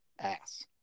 ass